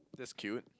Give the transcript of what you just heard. that's cute